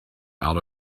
out